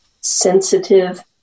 sensitive